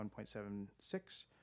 1.76